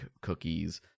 cookies